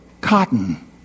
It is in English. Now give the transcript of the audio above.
cotton